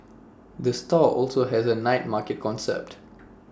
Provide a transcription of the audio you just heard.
the store also has A night market concept